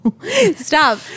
Stop